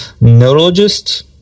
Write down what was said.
neurologist